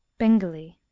bengalee.